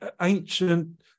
ancient